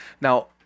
now